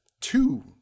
two